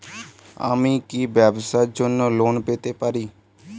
আমি কি ব্যবসার জন্য লোন পেতে পারি?